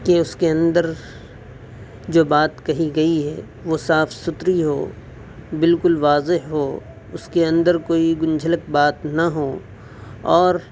کہ اس کے اندر جو بات کہی گئی ہے وہ صاف ستھری ہو بالکل واضح ہو اس کے اندر کوئی گنجھلک بات نہ ہوں اور